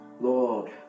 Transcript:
Lord